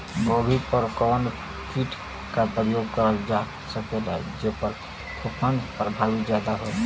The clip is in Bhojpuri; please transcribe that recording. गोभी पर कवन कीट क प्रयोग करल जा सकेला जेपर फूंफद प्रभाव ज्यादा हो?